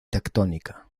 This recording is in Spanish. tectónica